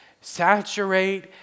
saturate